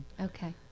Okay